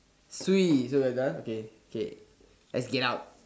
swee so we're done okay okay let's get out